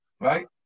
right